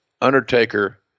undertaker